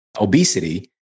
obesity